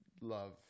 love